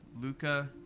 Luca